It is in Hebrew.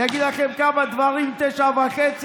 "אני אגיד לכם כמה דברים" 21:30,